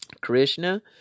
Krishna